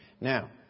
now